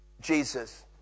Jesus